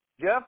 Jeff